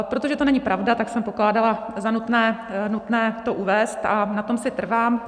Protože to není pravda, tak jsem pokládala za nutné to uvést a na tom si trvám.